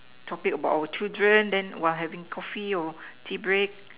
topic about our children then while having Coffee or Tea break